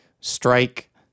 strike